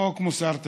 חוק מוסר תשלומים,